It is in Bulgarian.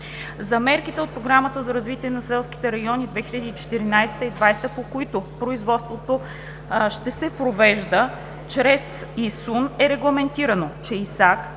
За мерките от Програмата за развитие на селските райони 2014 – 2020 г., по които производството ще се провежда чрез ИСУН, е регламентирано, че ИСАК